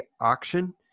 auction